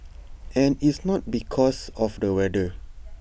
and it's not because of the weather